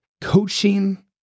coaching